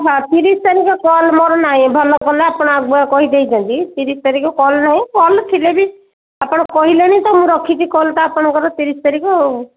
ତିରିଶ ତାରିଖ କଲ୍ ମୋର ନାହିଁ ଭଲ କଲ ଆପଣ ଆଗୁଆ କହି ଦେଇଛନ୍ତି ତିରିଶ ତାରିଖ କଲ୍ ନାହିଁ କଲ୍ ଥିଲେ ବି ଆପଣ କହିଲେଣି ତ ମୁଁ ରଖିଛି କଲ୍ ତ ଆପଣଙ୍କର ତିରିଶ ତାରିଖ ଆଉ